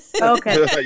Okay